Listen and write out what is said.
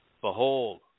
Behold